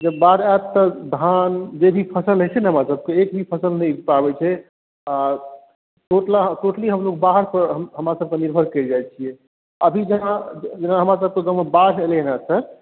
जब बाढ़ि आएत तऽ धान जे भी फसल रहैछै नऽहमरा सभकेँ एक भी फसल नहि उगि पाबैछै आ टोटली हमलोग बाहर कऽहमरा सभ निर्भर करि जाइ छियै अभी जेना अभी जेना हमरा सभकेँ गाँवमे बाढ़ि आएल यऽ